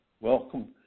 Welcome